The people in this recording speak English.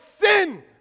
sin